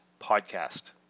Podcast